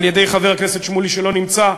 על-ידי חבר הכנסת שמולי, שלא נמצא,